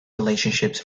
relationships